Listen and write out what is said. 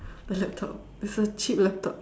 the laptop it's a cheap laptop